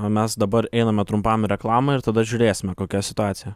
o mes dabar einame trumpam į reklamą ir tada žiūrėsime kokia situacija